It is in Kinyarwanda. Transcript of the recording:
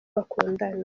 bakundana